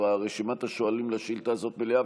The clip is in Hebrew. רשימת השואלים לשאילתה הזאת כבר מלאה,